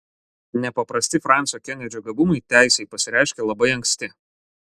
nepaprasti fransio kenedžio gabumai teisei pasireiškė labai anksti